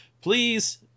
please